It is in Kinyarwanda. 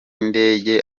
indege